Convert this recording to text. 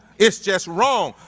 it's just wrong,